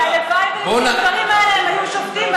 הלוואי שעל פי הדברים האלה הם היו שופטים,